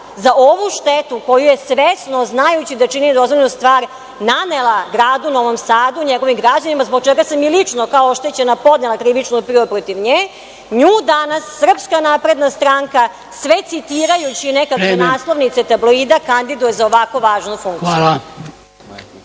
za ovu štetu koju je svesno, znajući da čini nedozvoljenu stvar, nanela gradu Novom Sadu, njegovim građanima zbog čega sam i lično oštećena podnela krivičnu prijavu protiv nje, nju danas SNS sve citirajući nekakve naslovnice tabloida kandiduje za ovako važnu funkciju.